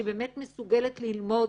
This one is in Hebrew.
שהיא באמת מסוגלת ללמוד,